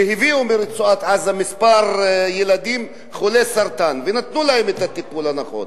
שהביאו מרצועת-עזה כמה ילדים חולי סרטן ונתנו להם את הטיפול הנכון.